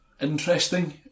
interesting